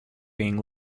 being